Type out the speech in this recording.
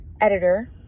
editor